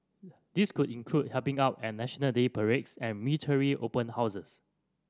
this could include helping out at National Day parades and military open houses